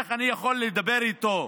איך אני יכול לדבר איתו?